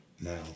now